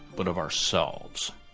but of ourselves.